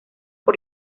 por